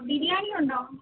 ബിരിയാണി ഉണ്ടോ